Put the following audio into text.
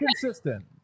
Consistent